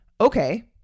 okay